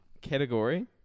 category